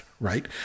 right